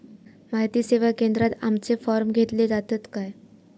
माहिती सेवा केंद्रात आमचे फॉर्म घेतले जातात काय?